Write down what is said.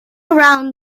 around